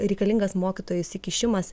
reikalingas mokytojo įsikišimas